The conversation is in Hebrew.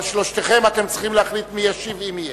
אבל אתם צריכים להחליט מי ישיב, אם יהיה.